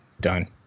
done